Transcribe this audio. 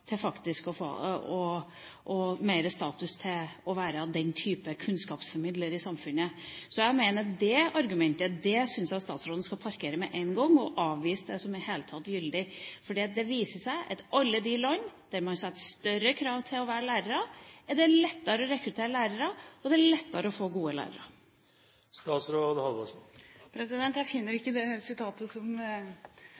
å føre til at flere ønsker å være lærere. Så det argumentet syns jeg statsråden skal parkere med én gang og avvise det som i det hele tatt gyldig, for det viser seg at i alle de land der man setter større krav til det å være lærer, er det lettere å rekruttere lærere, og det er lettere å få gode lærere. Jeg finner